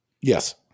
Yes